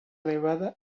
elevada